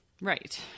Right